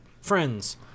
friends